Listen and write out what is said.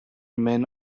men